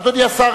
אדוני השר,